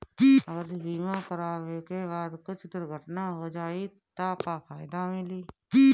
अगर बीमा करावे के बाद कुछ दुर्घटना हो जाई त का फायदा मिली?